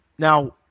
Now